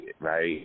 right